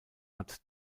hat